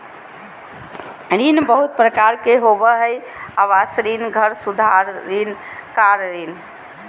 ऋण बहुत प्रकार के होबा हइ आवास ऋण, घर सुधार ऋण, कार ऋण